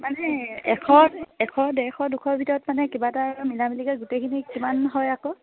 মানে এশ এশ ডেৰশ দুশৰ ভিতৰত মানে কিবা এটা মিলামিলিকৈ গোটেইখিনি কিমান হয় আকৌ